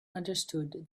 understood